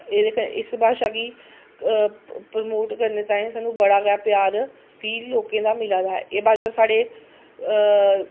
इस भाशा गी प्रमोट करने ताईं सानूं बड़ा गै प्यार बी लोकें दा मिला दा ऐ एह् भाशा साढ़े